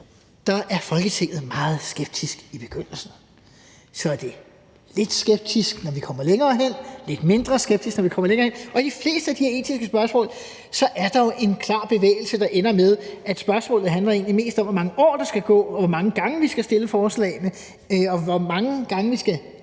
er Folketinget meget skeptisk i begyndelsen. Så er det lidt skeptisk, når vi kommer længere hen, og lidt mindre skeptiske, når vi kommer længere hen. Og i de fleste af de her etiske spørgsmål er der jo en klar bevægelse, der ender med, at spørgsmålet egentlig mest handler om, hvor mange år der skal gå, og hvor mange gange vi skal stille forslagene, og hvor mange gange vi skal